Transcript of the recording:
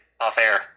off-air